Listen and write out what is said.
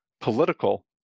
political